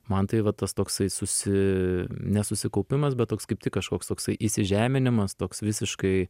man tai vat tas toksai susi nesusikaupimas bet toks kaip tik kažkoks toksai įsižeminimas toks visiškai